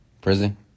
prison